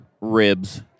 Ribs